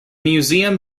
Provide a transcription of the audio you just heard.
museum